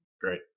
great